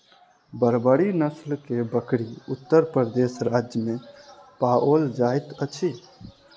बर्बरी नस्ल के बकरी उत्तर प्रदेश राज्य में पाओल जाइत अछि